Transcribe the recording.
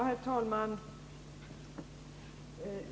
Herr talman!